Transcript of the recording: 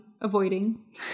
avoiding